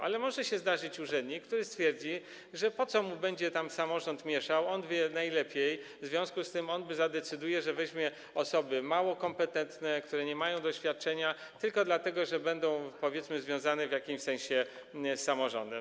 Ale może się zdarzyć urzędnik, który stwierdzi, że co mu tam będzie samorząd mieszał, on wie najlepiej, i w związku z tym zadecyduje, że weźmie osoby mało kompetentne, które nie mają doświadczenia, tylko dlatego że będą, powiedzmy, związane w jakimś sensie z samorządem.